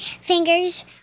fingers